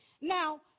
Now